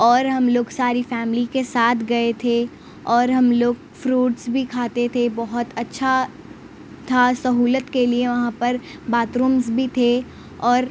اور ہم لوگ ساری فیملی کے ساتھ گئے تھے اور ہم لوگ فروٹس بھی کھاتے تھے بہت اچھا تھا سہولت کے لیے وہاں پر باتھ رومس بھی تھے اور